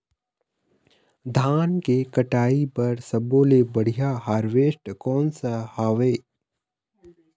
धान के कटाई बर सब्बो ले बढ़िया हारवेस्ट कोन सा हवए?